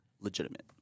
legitimate